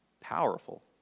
powerful